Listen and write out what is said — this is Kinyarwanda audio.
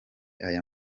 aya